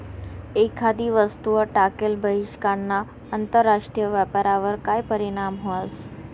एखादी वस्तूवर टाकेल बहिष्कारना आंतरराष्ट्रीय व्यापारवर काय परीणाम व्हस?